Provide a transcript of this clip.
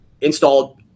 installed